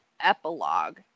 epilogue